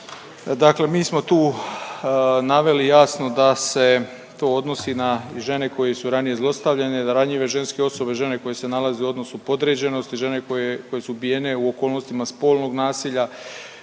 dakle mi smo tu naveli jasno da se to odnosi na i žene koje su ranije zlostavljane, na ranjive ženske osobe, žene koje se nalaze u odnosu podređenosti, žene koje, koje su ubijene u okolnostima spolnog nasilja,